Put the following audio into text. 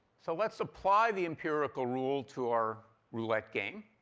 so let's apply the empirical rule to our roulette game.